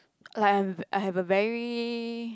like I'm I have a very